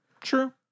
True